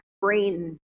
brain